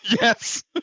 Yes